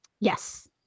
Yes